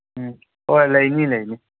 ꯎꯝ ꯍꯣꯏ ꯂꯩꯅꯤ ꯂꯩꯅꯤ